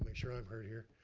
but sure i'm heard here.